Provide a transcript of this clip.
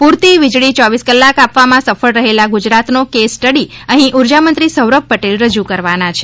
પુરતી વીજળી ચોવીસ કલાક આપવામાં સફળ રહેલા ગુજરાતનો કેસ સ્ટડી અહીં ઊર્જામંત્રી સૌરભ પટેલ રજૂ કરવાના છે